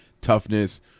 toughness